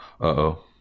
Uh-oh